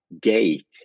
gate